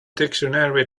dictionary